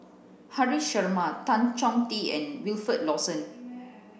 Haresh Sharma Tan Chong Tee and Wilfed Lawson